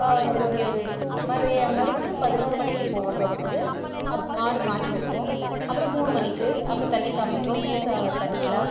ஒரு மறுபடியும் பதினோரு மணிக்குப் போவோம் தோட்டத்துக்கு அப்போ மாடு மாற்றி கட்டுவோம் அப்றம் மூணு மணிக்கு அப்றம் தண்ணி காண்மிப்போம் பூச தண்ணிலாம்